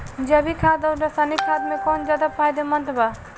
जैविक खाद आउर रसायनिक खाद मे कौन ज्यादा फायदेमंद बा?